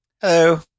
Hello